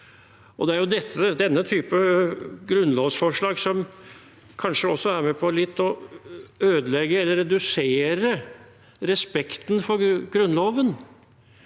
Det er jo denne type grunnlovsforslag som kanskje er med på å ødelegge litt eller redusere respekten for Grunnloven,